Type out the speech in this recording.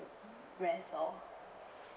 rest of